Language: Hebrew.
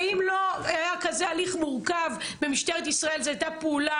ואם לא היה כזה הליך מורכב במשטרת ישראל זו היתה פעולת